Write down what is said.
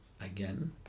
again